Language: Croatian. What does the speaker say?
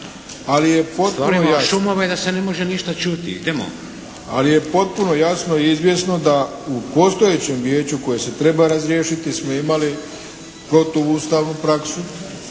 Ali je potpuno jasno i izvjesno da u postojećem vijeću koje se treba razriješiti smo imali protuustavnu praksu